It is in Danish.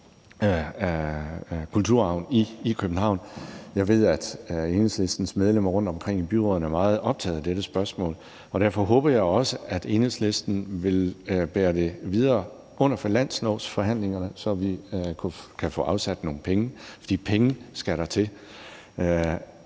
kulturarven i København. Jeg ved, at Enhedslistens medlemmer rundtomkring i byrådene er meget optaget af dette spørgsmål, og derfor håber jeg også, at Enhedslisten vil bære det videre under finanslovsforhandlingerne, så vi kan få afsat nogle penge – for penge skal der til.